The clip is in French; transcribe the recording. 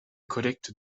collecte